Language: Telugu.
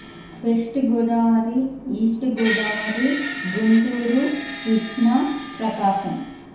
west Godavari east Godavari Guntur Krishna Prakasam